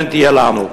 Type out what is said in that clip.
וכן תהיה לנו.